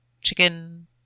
chicken